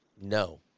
No